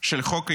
של חוק ההשתמטות,